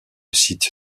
site